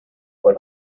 por